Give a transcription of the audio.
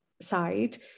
side